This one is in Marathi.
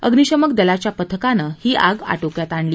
अग्निशमक दलाच्या पथकाने आग आटोक्यात आणली